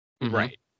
Right